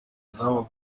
zaba